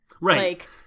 Right